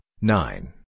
nine